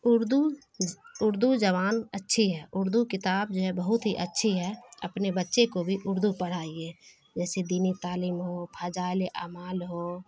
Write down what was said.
اردو اردو زبان اچھی ہے اردو کتاب جو ہے بہت ہی اچھی ہے اپنے بچے کو بھی اردو پڑھائیے جیسے دینی تعلیم ہو فضائل اعمال ہو